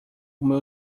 meu